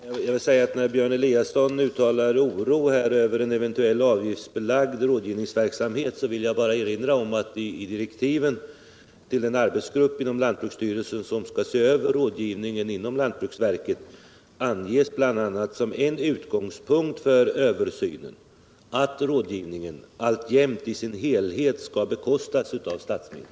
Herr talman! Med anledning av att Björn Eliasson uttalade oro över en eventuell avgiftsbeläggning när det gäller rådgivningsverksamheten vill jag bara erinra om att det i direktiven för den arbetsgrupp inom lantbruksstyrelsen som skall se över rådgivningen inom lantbruksverket bl.a. anges att en av utgångspunkterna är att rådgivningen i sin helhet alltjämt skall bekostäs med statsmedel.